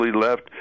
left